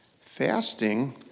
Fasting